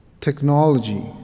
technology